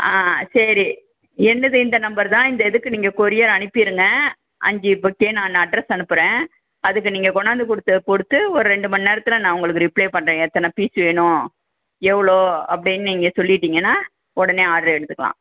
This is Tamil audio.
ஆ சரி என்னுது இந்த நம்பர் தான் இந்த இதுக்கு நீங்கள் கொரியர் அனுப்பிடுங்க அஞ்சு பொக்கே நான் நான் அட்ரஸ் அனுப்புகிறேன் அதுக்கு நீங்கள் கொண்டாந்து கொடுத்து கொடுத்து ஒரு ரெண்டு மணி நேரத்தில் நான் உங்களுக்கு ரிப்ளேப் பண்றேன் எத்தனை பீஸ் வேணும் எவ்வளோ அப்படின்னு நீங்கள் சொல்லிட்டீங்கன்னால் உடனே ஆட்ரு எடுத்துக்கலாம்